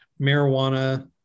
marijuana